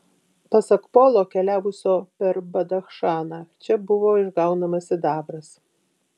pasak polo keliavusio per badachšaną čia buvo išgaunamas sidabras